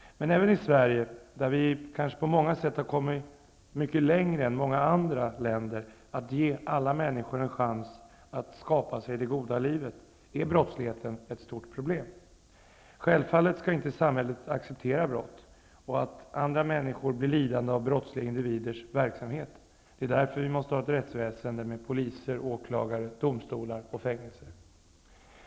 Men även i Sverige, där vi kanske på många sätt har kommit mycket längre än många andra länder när det gäller att ge alla människor en chans att skapa sig det goda livet, är brottsligheten ett stort problem. Självfallet skall samhället inte acceptera brott och att andra människor blir lidande av brottsliga individers verksamhet. Det är därför vi måste ha ett rättsväsende med poliser, åklagare, domstolar och fängelser.